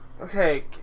Okay